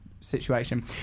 situation